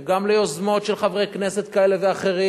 וגם ליוזמות של חברי כנסת כאלה ואחרים,